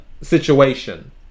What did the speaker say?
situation